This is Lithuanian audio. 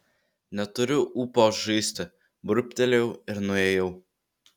neturiu ūpo žaisti burbtelėjau ir nuėjau